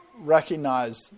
recognize